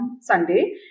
Sunday